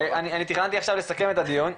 אני תכננתי עכשיו לסכם את הדיון,